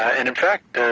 and in fact,